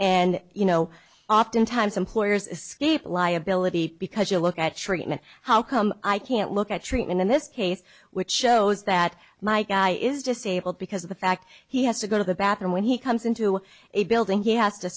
and you know oftentimes employers escape liability because you look at treatment how come i can't look at treatment in this case which shows that my guy is just stable because of the fact he has to go to the bathroom when he comes into a building he has to